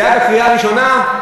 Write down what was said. זה היה בקריאה ראשונה?